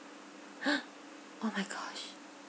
oh my gosh